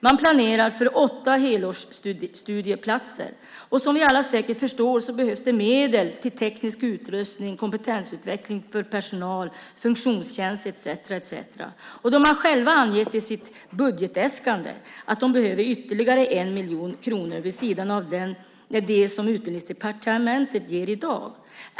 Man planerar för åtta helårsstudieplatser. Som vi alla säkert förstår behövs det medel till teknisk utrustning, kompetensutveckling för personal, funktionstjänst etcetera. De har själva angett i sitt budgetäskande att de behöver ytterligare 1 miljon kronor vid sidan av den som Utbildningsdepartementet ger i dag.